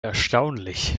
erstaunlich